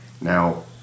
now